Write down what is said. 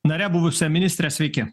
nare buvusia ministre sveiki